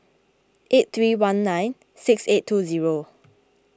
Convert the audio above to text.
eight three one nine six eight two zero